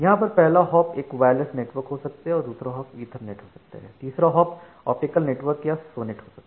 यहां पर पहला हॉप एक वायरलेस नेटवर्क हो सकता है और दूसरा हॉप ईथर नेट हो सकता है तीसरा हॉप ऑप्टिकल नेटवर्क या सोनेट हो सकता है